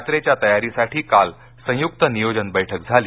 यात्रेच्या तयारीसाठी काल संयुक्त नियोजन बैठक झाली